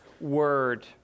Word